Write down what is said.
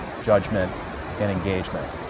judgment and engagement.